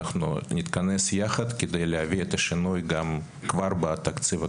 אנחנו נתכנס יחד כדי להביא את השינוי כבר בתקציב הקרוב.